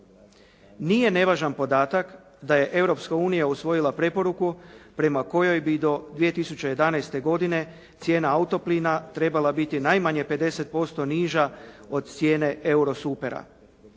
Nije nevažan podatak da je Europska unija usvojila preporuku prema kojoj bi do 2011. godine cijena autoplina trebala biti najmanje 50% niža od cijene euro-supera.